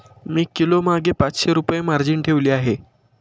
मी किलोमागे पाचशे रुपये मार्जिन ठेवली आहे